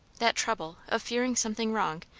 that trouble, of fearing something wrong,